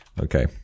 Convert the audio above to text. Okay